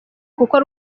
kuko